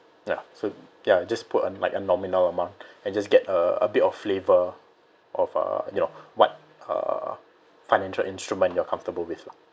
ya so ya just put like a nominal amount and just get a a bit of flavour of uh you know what uh financial instrument you're comfortable with